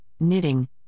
knitting